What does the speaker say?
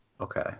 Okay